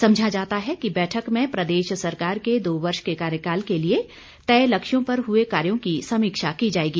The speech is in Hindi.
समझा जाता है कि बैठक में प्रदेश सरकार के दो वर्ष के कार्यकाल के लिए तय लक्ष्यों पर हुए कार्यों की समीक्षा की जाएगी